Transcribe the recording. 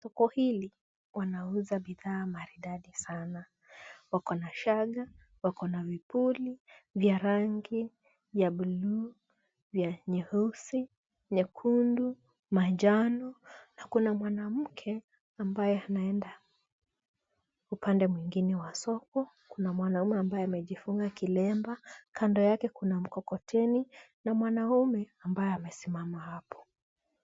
Soko hili, wanauza bidhaa maridadi sana. Wako na shaga, wako na vipuli, vya rangi ya bluu, vya nyeusi, nyekundu, majano, na kuna mwanamke, ambaye anaenda upande mwingine wa soko. Kuna mwanamume ambaye amejifunga kilemba. Kando yake kuna mkokoteni, na mwanamume ambaye amesimama hapo.